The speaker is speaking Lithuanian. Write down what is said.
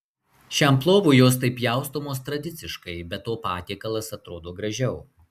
šiam plovui jos taip pjaustomos tradiciškai be to patiekalas atrodo gražiau